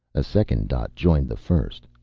a second dot joined the first.